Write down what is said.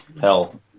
hell